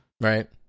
right